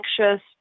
anxious